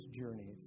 journey